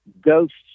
ghosts